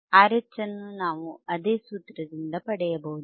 RH ಅನ್ನು ನಾವು ಅದೇ ಸೂತ್ರದಿಂದ ಪಡೆಯಬಹುದು